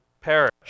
perish